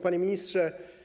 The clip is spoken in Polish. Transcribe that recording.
Panie Ministrze!